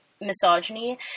misogyny